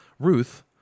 Ruth